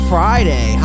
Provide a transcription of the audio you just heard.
Friday